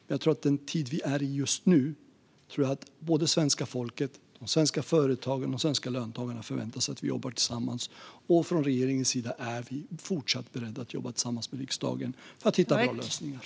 Men jag tror att svenska folket liksom svenska företag och löntagare förväntar sig i den tid vi befinner oss i nu att vi jobbar tillsammans. Regeringen är fortsatt beredd att jobba tillsammans med riksdagen för att hitta bra lösningar.